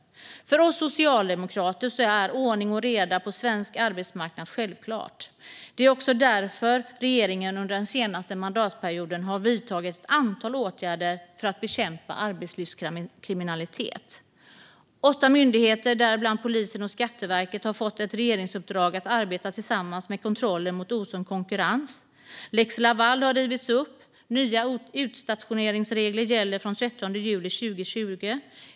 För oss socialdemokrater är ordning och reda på svensk arbetsmarknad självklart. Det är också därför regeringen under den senaste mandatperioden har vidtagit ett antal åtgärder för att bekämpa arbetslivskriminalitet. Åtta myndigheter, däribland polisen och Skatteverket, har fått ett regeringsuppdrag att arbeta tillsammans med kontroller mot osund konkurrens. Lex Laval har rivits upp. Nya utstationeringsregler gäller sedan den 30 juli 2020.